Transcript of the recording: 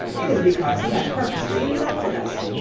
it is because he has purposely insulted us.